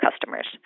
customers